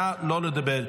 נא לא לדבר.